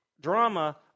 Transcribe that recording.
drama